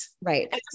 Right